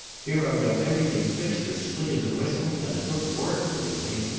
here i've got everything fixed as slick as a whistle, and it took work, believe me.